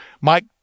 mike